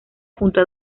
junto